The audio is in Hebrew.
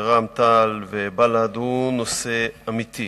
רע"ם-תע"ל ובל"ד הוא נושא אמיתי,